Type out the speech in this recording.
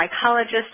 psychologist